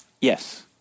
Yes